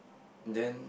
then